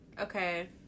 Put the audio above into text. Okay